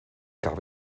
gab